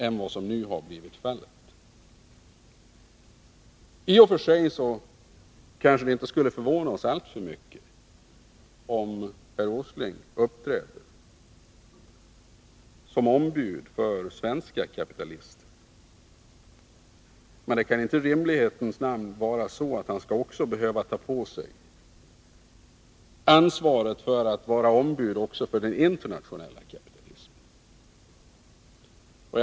I och för sig skall vi kanske inte förvåna oss så mycket om herr Åsling uppträder som ombud för svenska kapitalister, men han skall väl i rimlighetens namn inte behöva ta på sig att också vara ombud för den internationella kapitalismen.